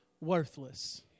worthless